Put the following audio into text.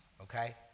okay